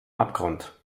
abgrund